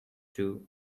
two